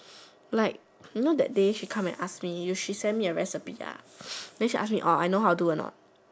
like you know that day she come and ask me she send a recipe then she ask me I know how to do a not